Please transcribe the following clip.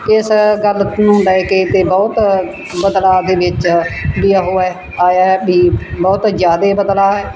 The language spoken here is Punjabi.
ਇਸ ਗੱਲ ਨੂੰ ਲੈ ਕੇ ਅਤੇ ਬਹੁਤ ਬਦਲਾਅ ਦੇ ਵਿੱਚ ਵੀ ਉਹ ਹੈ ਆਇਆ ਵੀ ਬਹੁਤ ਜ਼ਿਆਦਾ ਬਦਲਾਅ ਹੈ